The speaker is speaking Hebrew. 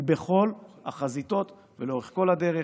הוא בכל החזיתות, ולאורך כל הדרך.